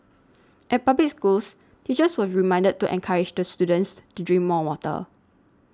at public schools teachers were reminded to encourage the students to drink more water